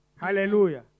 Hallelujah